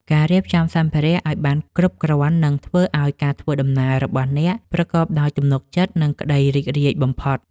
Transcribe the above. ការរៀបចំសម្ភារៈឱ្យបានគ្រប់គ្រាន់ នឹងធ្វើឱ្យការធ្វើដំណើររបស់អ្នកប្រកបដោយទំនុកចិត្ត និងក្ដីរីករាយបំផុត។